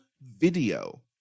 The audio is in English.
video